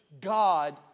God